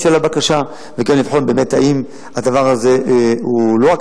של הבקשה וגם לבחון באמת האם הדבר הזה הוא לא רק